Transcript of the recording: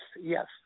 yes